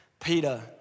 Peter